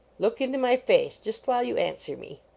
look into my face, just while you answer me.